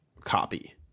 copy